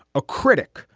a critic,